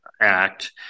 Act